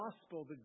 gospel